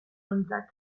aintzat